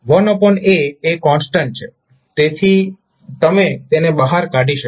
1a એ constant છે તેથી તમે તેને બહાર કાઢી શકો